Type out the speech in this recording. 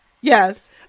Yes